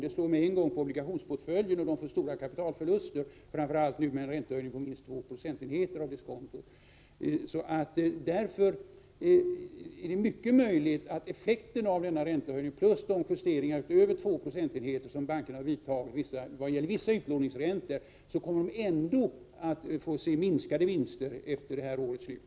Den slår med en gång på obligationsportföljen, och bankerna får stora kapitalförluster, framför allt vid en räntehöjning på minst 2 procentenheter av diskontot. Därför är det mycket möjligt att effekten av denna räntehöjning, plus de justeringar utöver 2 procentenheter som bankerna har vidtagit vad gäller vissa utlåningsräntor, blir minskade vinster för bankerna efter årets slut.